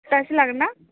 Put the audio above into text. सप्तासे लागोन ना